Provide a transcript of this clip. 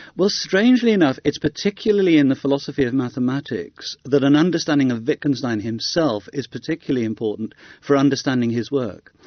well strangely enough, it's particularly in the philosophy of mathematics that an understanding of wittgenstein himself is particularly important for understanding his work.